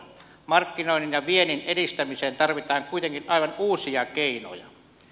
markkinoinnin ja viennin edistämiseen tarvitaan kuitenkin aivan uusia keinoja